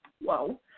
whoa